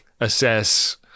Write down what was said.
assess